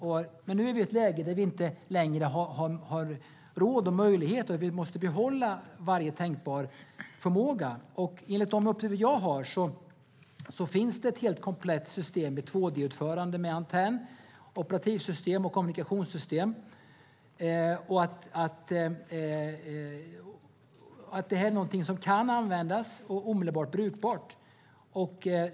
Men nu är vi i ett läge där vi inte längre har råd och möjlighet till det utan måste behålla varje tänkbar förmåga. Enligt de uppgifter jag har finns det ett helt komplett system i 2D-utförande med antenn, operativsystem och kommunikationssystem som kan användas och är omedelbar brukbart.